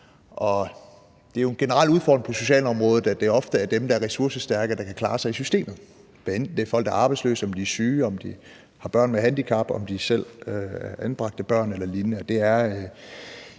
generel udfordring på socialområdet, at det ofte er dem, der er ressourcestærke, der kan klare sig i systemet, hvad enten det er folk, der er arbejdsløse, om de er syge, om de har børn med handicap, om de selv er anbragte børn eller lignende,